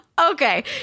Okay